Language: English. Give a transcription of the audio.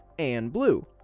and blue.